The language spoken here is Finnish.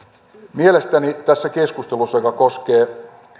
mielestäni tässä keskustelussa joka koskee